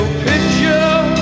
picture